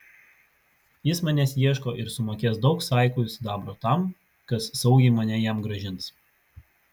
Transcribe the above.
jis manęs ieško ir sumokės daug saikų sidabro tam kas saugiai mane jam grąžins